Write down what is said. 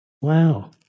Wow